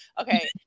Okay